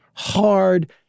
hard